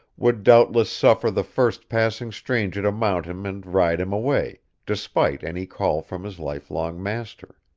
would doubtless suffer the first passing stranger to mount him and ride him away, despite any call from his lifelong master.